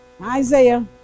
Isaiah